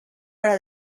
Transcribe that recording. para